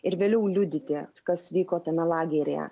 ir vėliau liudyti kas vyko tame lageryje